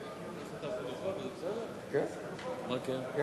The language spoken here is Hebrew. אני יודע מהי, למחוק את הסעיף של, לא.